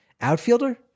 outfielder